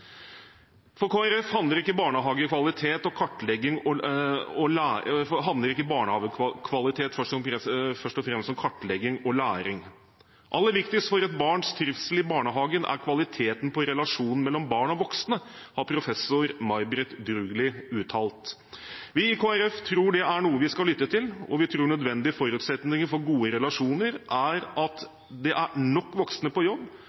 Kristelig Folkeparti handler ikke barnehagekvalitet først og fremst om kartlegging og læring. «Aller viktigst er kvaliteten på relasjonen mellom barn og voksen …» har professor May Britt Drugli uttalt om barns trivsel i barnehagen. Vi i Kristelig Folkeparti tror det er noe vi skal lytte til, og vi tror nødvendige forutsetninger for gode relasjoner er at det er nok voksne på jobb,